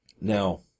Now